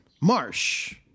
Marsh